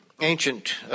ancient